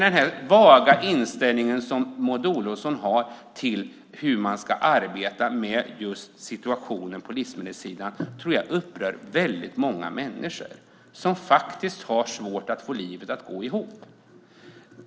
Den vaga inställning som Maud Olofsson har till hur man ska arbeta med situationen på just livsmedelssidan tror jag upprör väldigt många människor som har svårt att få livet att gå ihop.